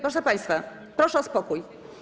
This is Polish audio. Proszę państwa, proszę o spokój.